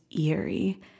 eerie